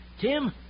Tim